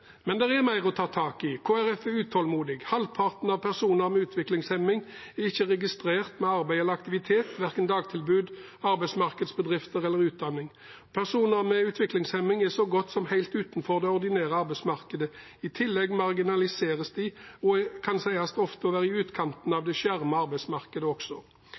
men også om at plassene blir brukt rett. Det er mer å ta tak i, og Kristelig Folkeparti er utålmodig. Halvparten av personer med utviklingshemning er ikke registrert med arbeid eller aktivitet, verken med dagtilbud, i arbeidsmarkedsbedrifter eller utdanning. Personer med utviklingshemning er så godt som helt utenfor det ordinære arbeidsmarkedet. I tillegg marginaliseres de og kan sies ofte å være i utkanten